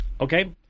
Okay